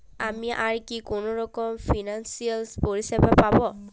আমি আর কি কি ফিনান্সসিয়াল পরিষেবা পাব?